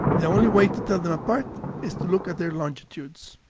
the only way to tell them apart is to look at their longitudes.